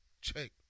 check